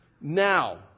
Now